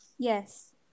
Yes